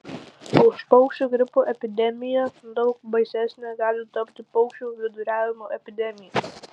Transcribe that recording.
už paukščių gripo epidemiją daug baisesne gali tapti paukščių viduriavimo epidemija